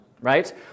right